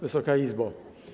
Wysoka Izbo!